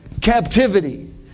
Captivity